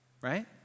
Right